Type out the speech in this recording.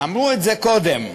אמרו את זה קודם: